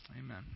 Amen